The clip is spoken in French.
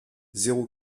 zéro